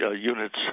units